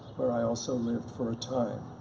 where i also lived for a time.